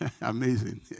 Amazing